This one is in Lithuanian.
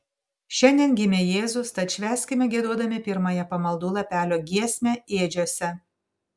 šiandien gimė jėzus tad švęskime giedodami pirmąją pamaldų lapelio giesmę ėdžiose